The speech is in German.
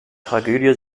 tragödie